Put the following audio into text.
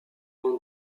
ans